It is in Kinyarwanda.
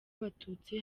abatutsi